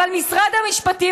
אבל משרד המשפטים,